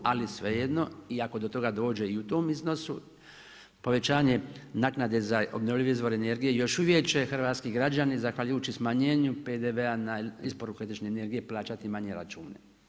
Ali svejedno i ako do toga dođe i u tom iznosu povećanje naknade za obnovljive izvore energije još uvijek će hrvatski građani zahvaljujući smanjenju PDV-a na isporuku električne energije plaćati manje račune.